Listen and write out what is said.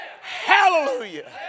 Hallelujah